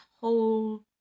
whole